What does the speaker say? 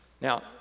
Now